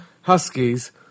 huskies